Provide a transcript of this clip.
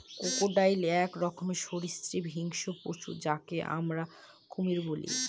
crocodile এক রকমের সরীসৃপ হিংস্র পশু যাকে আমরা কুমির বলি